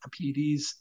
PEDs